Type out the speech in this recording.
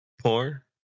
Poor